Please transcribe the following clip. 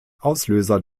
auslöser